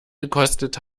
gekostet